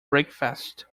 breakfast